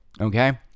okay